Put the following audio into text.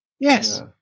Yes